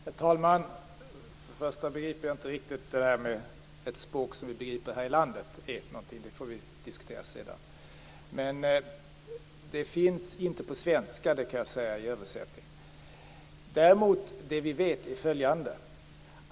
Herr talman! Till att börja med förstår jag inte vad detta med ett språk som vi begriper här i landet är för någonting. Det får vi diskutera sedan. Men rapporten finns inte översatt till svenska. Däremot vet vi följande.